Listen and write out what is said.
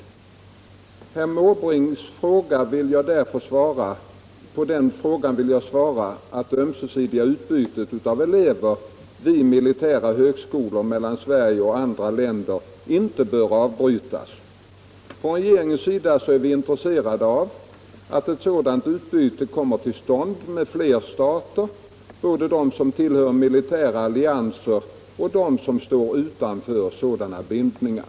På herr Måbrinks fråga vill jag därför svara att det ömsesidiga utbytet av elever vid militära högskolor mellan Sverige och andra länder inte bör avbrytas. Från regeringens sida är vi intresserade av att ett sådant utbyte kommer till stånd med flera stater, både de som tillhör militära allianser och de som står utanför sådana bindningar.